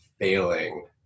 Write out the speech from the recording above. failing